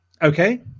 Okay